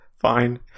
Fine